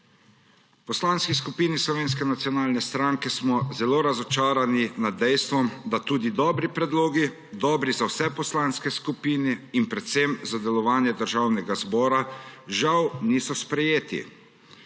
v Poslanski skupini Slovenske nacionalne stranke smo zelo razočarani nad dejstvom, da tudi dobri predlogi, dobri za vse poslanske skupine in predvsem za delovanje Državnega zbora, žal niso sprejeti.